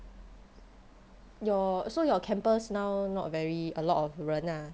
your so your campus now not very a lot of 人啊